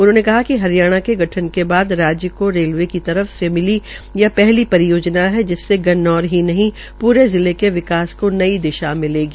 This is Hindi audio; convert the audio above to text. उन्होंने कहा कि हरियाणा के गठन के बाद राज्य को रेलवे की तरफ से मिली ये पहली परियोजना है जिसमे गन्नौर ही नहीं पूरे जिले के विकास को नई दिशा मिलेगी